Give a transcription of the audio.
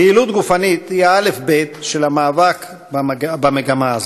פעילות גופנית היא האלף-בית של המאבק במגמה הזאת.